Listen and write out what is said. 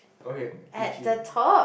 okay B_T